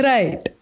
Right